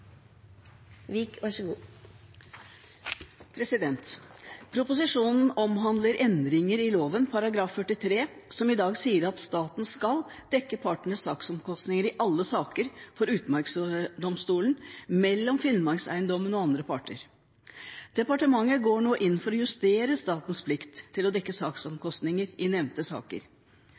loven § 43 som i dag sier at staten skal dekke partenes saksomkostninger i alle saker for Utmarksdomstolen mellom Finnmarkseiendommen og andre parter. Departementet går nå inn for å justere statens plikt til å dekke saksomkostninger i nevnte saker.